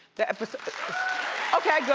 the episode okay, good,